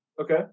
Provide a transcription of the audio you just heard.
Okay